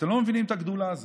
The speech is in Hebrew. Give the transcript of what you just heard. אתם לא מבינים את הגדולה הזאת.